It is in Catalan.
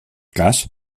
cas